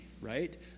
right